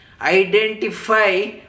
identify